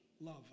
love